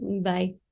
Bye